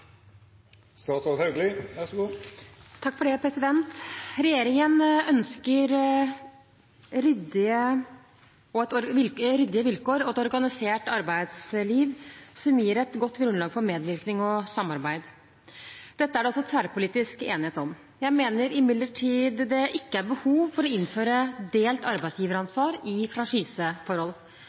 Regjeringen ønsker ryddige vilkår og et organisert arbeidsliv som gir et godt grunnlag for medvirkning og samarbeid. Dette er det tverrpolitisk enighet om. Jeg mener imidlertid det ikke er behov for å innføre delt arbeidsgiveransvar i